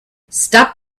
stop